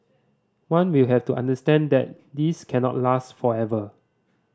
one will have to understand that this cannot last forever